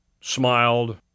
smiled